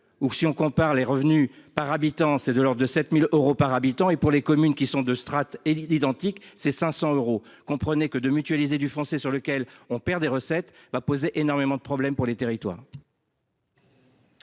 ou si on compare les revenus par habitant, c'est de l'ordre de 7000 euros par habitant, et pour les communes qui sont de strates et identique. Ces 500 euros. Comprenez que de mutualiser du français sur lequel on perd des recettes va poser énormément de problèmes pour les territoires.